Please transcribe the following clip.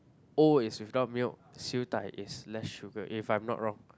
O is without milk Siew-Dai is less sugar if I'm not wrong